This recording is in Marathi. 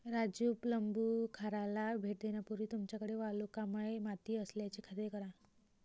राजू प्लंबूखाराला भेट देण्यापूर्वी तुमच्याकडे वालुकामय माती असल्याची खात्री करा